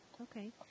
okay